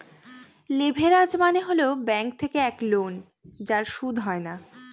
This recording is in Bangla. লেভেরাজ মানে হল ব্যাঙ্ক থেকে এক লোন যার সুদ হয় না